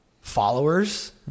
followers